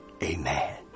Amen